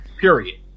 Period